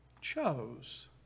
chose